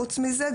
חוץ מזה,